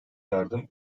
yardım